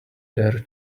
their